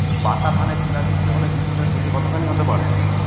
পাকা ধানে শিলা বৃষ্টি হলে কৃষকের ক্ষতি কতখানি হতে পারে?